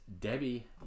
Debbie